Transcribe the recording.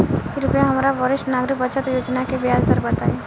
कृपया हमरा वरिष्ठ नागरिक बचत योजना के ब्याज दर बताई